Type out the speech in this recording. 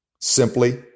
Simply